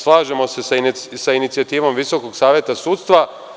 Slažemo se sa inicijativom Visokog saveta sudstva.